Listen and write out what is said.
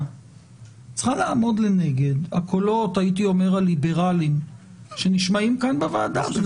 צריכה לעמוד לנגד הקולות הליברליים שנשמעים כאן בוועדה.